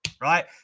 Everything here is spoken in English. right